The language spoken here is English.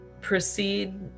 proceed